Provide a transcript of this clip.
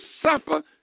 suffer